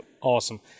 Awesome